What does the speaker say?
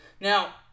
Now